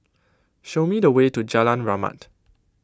show me the way to Jalan Rahmat